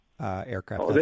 aircraft